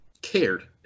cared